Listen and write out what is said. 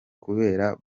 kubera